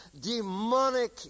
demonic